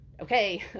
okay